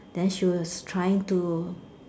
then she was trying to